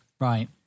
Right